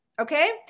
Okay